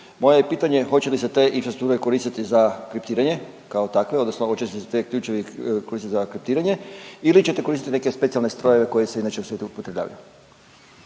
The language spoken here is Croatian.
je pitanje hoće li se te infrastrukture koristiti za kriptiranje kao takve, odnosno hoće li se te ključeve koristiti za kriptiranje ili ćete koristiti neke specijalne strojeve koji se inače u svijetu upotrebljavaju?